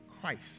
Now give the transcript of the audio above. Christ